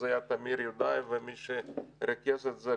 אז זה היה תמיר ידעי ומי שריכז את זה גולן,